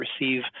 receive